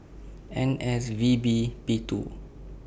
N S V B P two